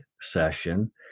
session